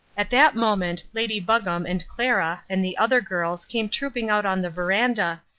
at that moment lady buggam and clara and the other girls came trooping out on the verandah,